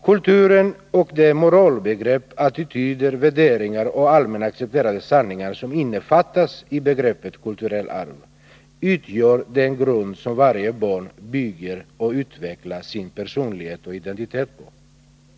Kulturen och de moralbegrepp, attityder, värderingar och Nr 120 allmänt accepterade sanningar som innefattas i begreppet kulturellt arv, Onsdagen den utgör den grund som varje barn bygger och utvecklar sin personlighet och 22 april 1981 identitet på.